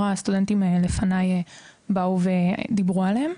הסטודנטים לפניי באו ודיברו עליהן.